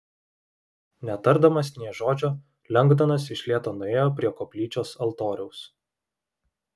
netardamas nė žodžio lengdonas iš lėto nuėjo prie koplyčios altoriaus